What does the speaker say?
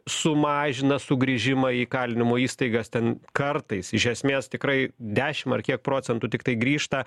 sumažina sugrįžimą į kalinimo įstaigas ten kartais iš esmės tikrai dešim ar kiek procentų tiktai grįžta